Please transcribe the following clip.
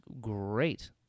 great